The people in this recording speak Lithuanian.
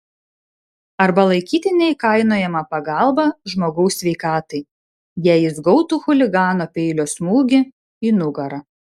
arba laikyti neįkainojama pagalba žmogaus sveikatai jei jis gautų chuligano peilio smūgį į nugarą